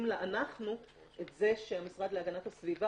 ל"אנחנו" את זה שהמשרד להגנת הסביבה,